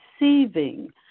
receiving